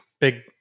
big